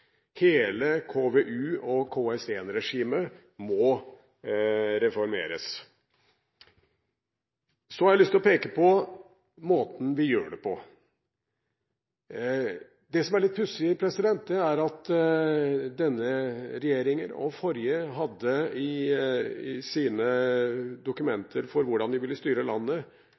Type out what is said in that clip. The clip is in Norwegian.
Hele KVU- og KS1-regimet må reformeres. Så har jeg lyst til å peke på måten vi gjør det på. Det som er litt pussig, er at denne og forrige regjering hadde i sine dokumenter for hvordan de ville styre landet,